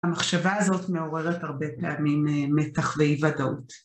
המחשבה הזאת מעוררת הרבה פעמים מתח ואי וודאות.